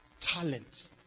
talent